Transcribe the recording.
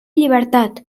llibertat